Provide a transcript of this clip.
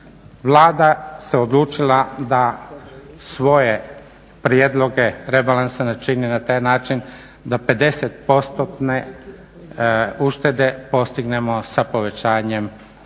Vlada se odlučila da svoje prijedloge rebalansa načini na taj način da pedeset postotne uštede postignemo sa povećanjem prihodovne